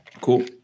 Cool